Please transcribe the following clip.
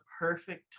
perfect